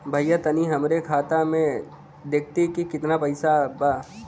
भईया तनि हमरे खाता में देखती की कितना पइसा बा?